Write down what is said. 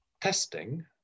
testing